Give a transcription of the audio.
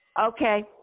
Okay